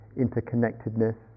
interconnectedness